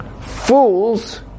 Fools